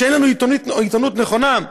שאין לנו עיתונות נכונה?